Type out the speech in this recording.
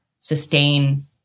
sustain